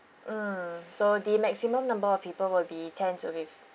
mm so the maximum number of people will be ten to fif~